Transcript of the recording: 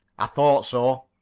i thought so.